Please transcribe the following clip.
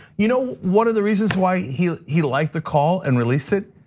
you know one of the reasons why he he liked the call and released it?